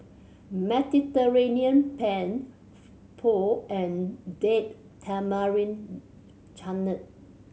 Mediterranean Penne Pho and Date Tamarind Chutney